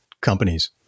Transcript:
companies